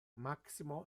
maximo